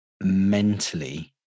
mentally